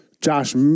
Josh